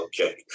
okay